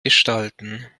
gestalten